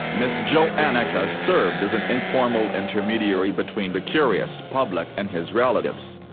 ms. johanneck has served as an informal intermediary between the curious public and his relatives.